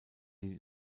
die